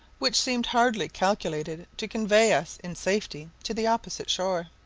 which seemed hardly calculated to convey us in safety to the opposite shore.